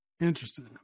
Interesting